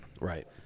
Right